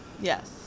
Yes